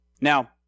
Now